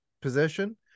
position